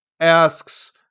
Asks